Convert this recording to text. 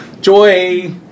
Joy